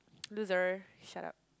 loser shut up